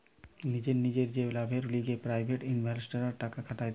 নিজের নিজের যে লাভের লিগে প্রাইভেট ইনভেস্টররা টাকা খাটাতিছে